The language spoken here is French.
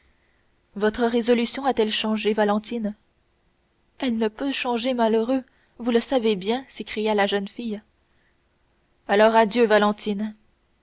votre résolution a-t-elle changé valentine elle ne peut changer malheureux vous le savez bien s'écria la jeune fille alors adieu valentine